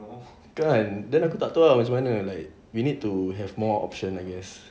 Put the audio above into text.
kan then aku tak tahu macam mana like we need to have more options I guess